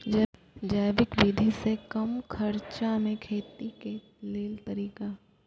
जैविक विधि से कम खर्चा में खेती के लेल तरीका?